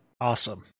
awesome